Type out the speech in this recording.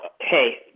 hey